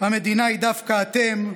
המדינה היא דווקא אתם,